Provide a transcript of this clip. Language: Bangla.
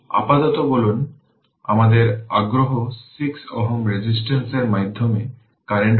আপাতত বলুন আমাদের আগ্রহ 6 Ω রেজিস্ট্যান্সের মাধ্যমে কারেন্ট বলে r এটি i